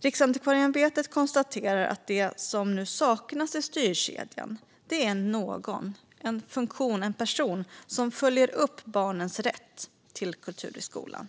Riksantikvarieämbetet konstaterar att det som nu saknas i styrkedjan är en person som följer upp barnens rätt till kultur i skolan.